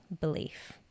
belief